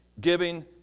giving